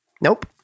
Nope